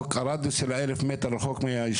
שלו.